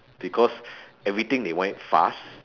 because everything they want it fast